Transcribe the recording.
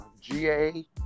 ga